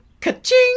ka-ching